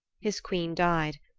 his queen died,